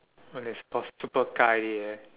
oh that's for super car already eh